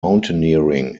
mountaineering